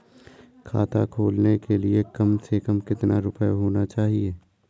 खाता खोलने के लिए कम से कम कितना रूपए होने चाहिए?